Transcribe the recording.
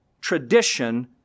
tradition